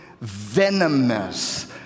venomous